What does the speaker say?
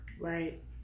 Right